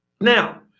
Now